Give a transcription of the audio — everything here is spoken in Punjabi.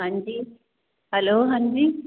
ਹਾਂਜੀ ਹੈਲੋ ਹਾਂਜੀ